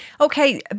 Okay